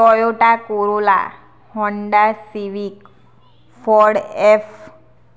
Toyota Corolla Honda Civic Ford F